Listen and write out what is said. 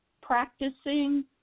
practicing